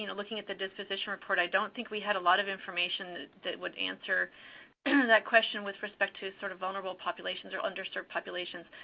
you know looking at the disposition report. i don't think we had a lot of information that would answer and and that question with respect to sort of vulnerable populations or underserved populations.